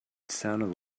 sounded